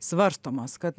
svarstomas kad